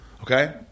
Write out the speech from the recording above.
Okay